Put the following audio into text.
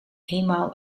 eenmaal